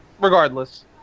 regardless